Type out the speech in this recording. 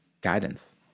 guidance